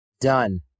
Done